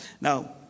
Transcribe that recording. Now